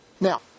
Now